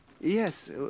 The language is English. Yes